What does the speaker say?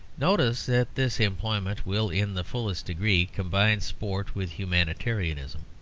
notice that this employment will in the fullest degree combine sport with humanitarianism.